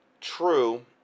True